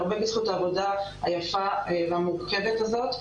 והרבה בזכות העבודה היפה והמורכבת הזאת,